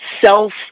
self